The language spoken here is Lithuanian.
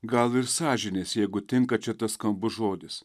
gal ir sąžinės jeigu tinka čia tas skambus žodis